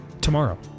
tomorrow